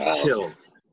chills